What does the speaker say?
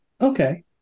Okay